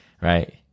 right